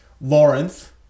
Lawrence